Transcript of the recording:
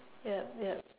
yup yup